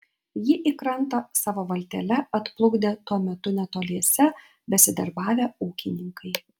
jį į krantą savo valtele atplukdė tuo metu netoliese besidarbavę ūkininkai